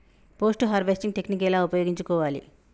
Post harvesting technique ఎలా ఉపయోగించుకోవాలి?